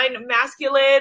masculine